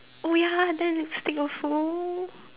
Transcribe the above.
oh ya then lipstick also